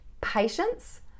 patience